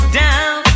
down